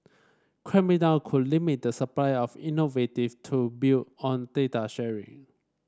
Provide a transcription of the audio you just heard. clamping down could limit the supply of innovative tool built on data sharing